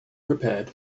prepared